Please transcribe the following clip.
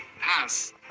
pass